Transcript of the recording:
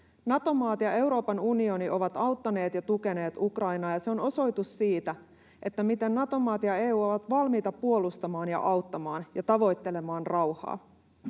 Nato-maat ja Euroopan unioni ovat auttaneet ja tukeneet Ukrainaa, ja se on osoitus siitä, miten Nato-maat ja EU ovat valmiita puolustamaan ja auttamaan ja tavoittelemaan rauhaa.